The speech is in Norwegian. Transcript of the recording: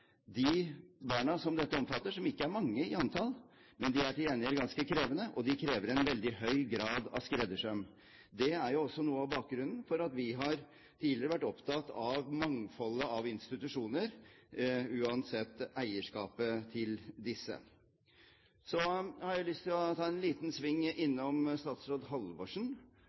de barna som dette omfatter, ikke er mange i antall, men de er til gjengjeld ganske krevende, og de krever en veldig høy grad av skreddersøm. Det er jo også noe av bakgrunnen for at vi tidligere har vært opptatt av mangfoldet av institusjoner, uansett eierskapet til disse. Så har jeg lyst til å ta en liten sving innom statsråd Halvorsen,